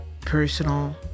personal